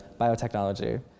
biotechnology